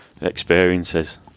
experiences